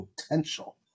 potential